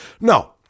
No